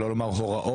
שלא לומר הוראות,